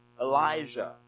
Elijah